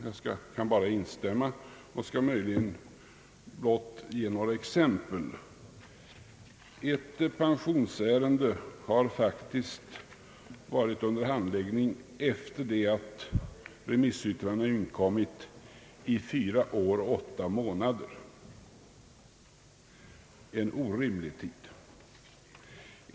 Jag kan bara instämma och skall möjligen ge några exempel. Ett pensionsärende har faktiskt varit under handläggning efter det att remissyttrandena inkommit i fyra år och åtta månader — en orimlig tid.